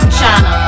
china